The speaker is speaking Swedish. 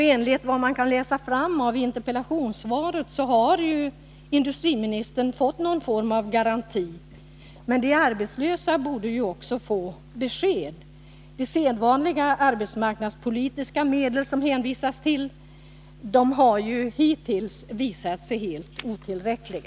Enligt vad man kan läsa ut av interpellationssvaret har industriministern fått någon form av garanti. Men också de arbetslösa borde få ett besked. De sedvanliga arbetsmarknadspolitiska medel som man hänvisar till har ju hittills visat sig helt otillräckliga.